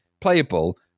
playable